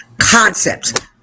concepts